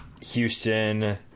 Houston-